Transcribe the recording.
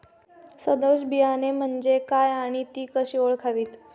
सदोष बियाणे म्हणजे काय आणि ती कशी ओळखावीत?